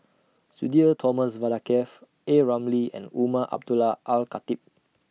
Sudhir Thomas Vadaketh A Ramli and Umar Abdullah Al Khatib